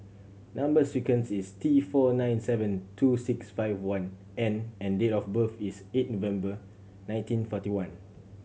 number sequence is T four nine seven two six five one N and date of birth is eight November nineteen forty one